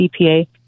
CPA